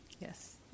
yes